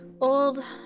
old